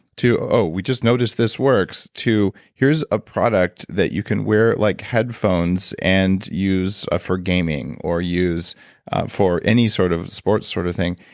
to, oh, we just noticed this works, to, here's a product that you can wear like headphones and use for gaming, or use for any sort of sports sort of thing,